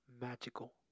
magical